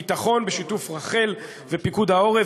משרד הביטחון בשיתוף רח"ל ופיקוד העורף